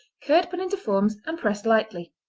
curd put into forms and pressed lightly.